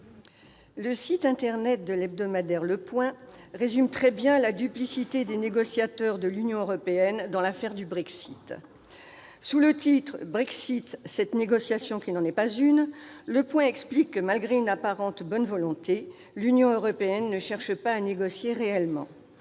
Le site internet de l'hebdomadaire résume très bien la duplicité des négociateurs de l'Union européenne dans l'affaire du Brexit. Sous le titre :« Brexit, cette négociation qui n'en est pas une », explique que, malgré une apparente bonne volonté, l'Union européenne ne cherche pas à négocier réellement.